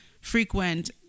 frequent